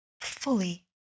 fully